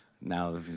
now